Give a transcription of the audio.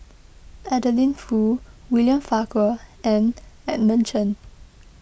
Adeline Foo William Farquhar and Edmund Chen